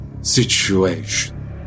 situation